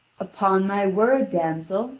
upon my word, damsel,